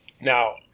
Now